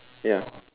ya